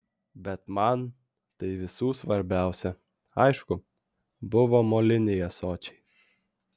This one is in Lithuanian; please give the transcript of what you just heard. bet man tai visų svarbiausia aišku buvo moliniai ąsočiai